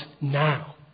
now